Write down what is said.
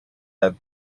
have